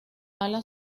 ala